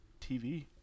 TV